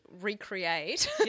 recreate